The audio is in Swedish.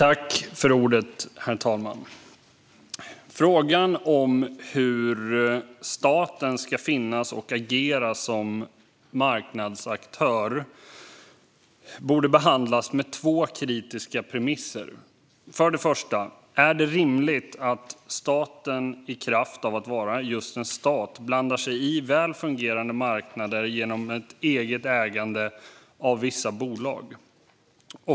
Herr talman! Frågan om hur staten ska finnas och agera som marknadsaktör borde behandlas efter två kritiska premisser. För det första: Är det rimligt att staten i kraft av att vara just en stat blandar sig i väl fungerande marknader genom ett eget ägande av vissa bolag?